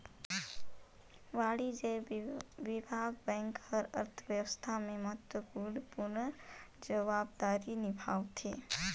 वाणिज्य बेंक हर अर्थबेवस्था में महत्वपूर्न जवाबदारी निभावथें